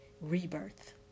rebirth